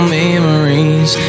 memories